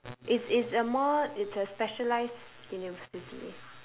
it's it's a more it's a specialized university